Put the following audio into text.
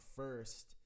first